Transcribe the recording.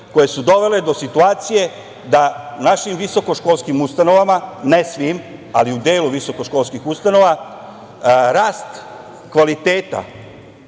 koje su dovele do situacije da u našim visokoškolskim ustanovama, ne svim, ali u delu visokoškolskih ustanova, rast kvaliteta,